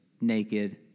naked